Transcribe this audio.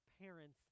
parents